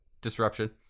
disruption